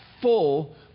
full